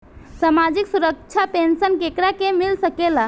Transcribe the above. सामाजिक सुरक्षा पेंसन केकरा के मिल सकेला?